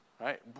right